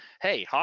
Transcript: hey